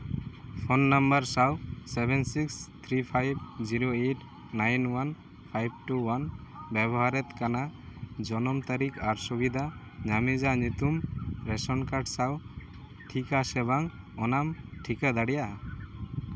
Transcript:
phone number ᱥᱟᱶ seven six three five zero eight nine one five two one ᱵᱮᱵᱚᱦᱟᱨᱮᱛ ᱠᱟᱱᱟ ᱡᱚᱱᱚᱢ ᱛᱟᱹᱨᱤᱠᱷ ᱟᱨ ᱥᱩᱵᱤᱫᱷᱟ ᱧᱟᱢᱤᱡᱟ ᱧᱩᱛᱩᱢ ᱨᱮᱥᱚᱱ ᱠᱟᱨᱰ ᱥᱟᱶ ᱴᱷᱤᱠ ᱟᱥᱮ ᱵᱟᱝ ᱚᱱᱟᱢ ᱴᱷᱤᱠᱟᱹ ᱫᱟᱲᱮᱭᱟᱜᱼᱟ